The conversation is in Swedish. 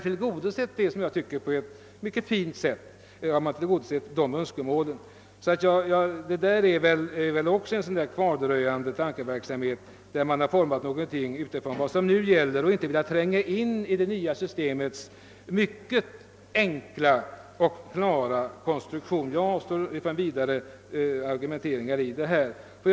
Önskemålen om en jämnare bidragsfördelning har tillgodosetts på ett mycket fint sätt. Reservanterna har tydligen utformat sitt förslag med tanke på vad som nu gäller och inte velat tränga in i det nya systemets mycket enkla och klara konstruktion. Jag avstår från vidare argumentering i detta avseende.